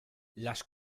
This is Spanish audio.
las